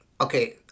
okay